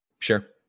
Sure